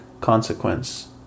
consequence